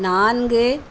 நான்கு